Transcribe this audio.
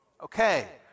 Okay